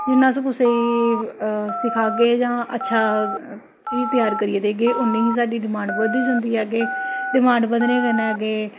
जिन्ना अस कुसै गी सखाह्गे जां अच्छा चीज त्यार करियै देगे उन्नी गै साढ़ी डिमांड बधदी जंदी ऐ अग्गें डिमांड बधने कन्नै अग्गें